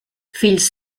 fills